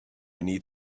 need